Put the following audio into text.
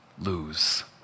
lose